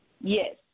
Yes